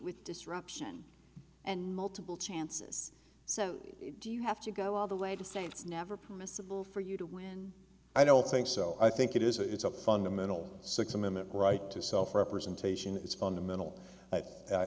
with disruption and multiple chances so do you have to go all the way to say it's never permissible for you to win i don't think so i think it is it's a fundamental six amendment right to self representation is fundamental i